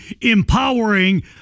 empowering